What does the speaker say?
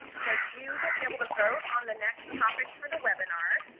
so you will be able to vote on the next topic for the webinars,